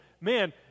man